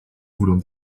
voulant